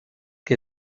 que